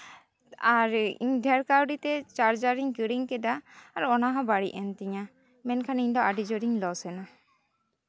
ᱟᱨ ᱤᱧ ᱰᱷᱮᱨ ᱠᱟᱹᱣᱰᱤ ᱛᱮ ᱪᱟᱨᱡᱟᱨ ᱤᱧ ᱠᱤᱨᱤᱧ ᱠᱮᱫᱟ ᱟᱨ ᱚᱱᱟᱦᱚᱸ ᱵᱟᱹᱲᱤᱡ ᱮᱱ ᱛᱤᱧᱟᱹ ᱢᱮᱱᱠᱷᱟᱱ ᱤᱧ ᱫᱚ ᱟᱹᱰᱤ ᱡᱳᱨ ᱤᱧ ᱞᱚᱥ ᱮᱱᱟ